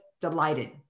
delighted